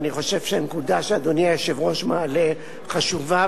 אני חושב שהנקודה שאדוני היושב-ראש מעלה חשובה,